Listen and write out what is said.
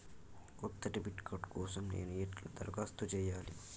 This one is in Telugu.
కొత్త డెబిట్ కార్డ్ కోసం నేను ఎట్లా దరఖాస్తు చేయాలి?